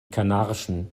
kanarischen